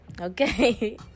Okay